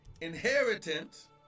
Inheritance